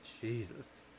Jesus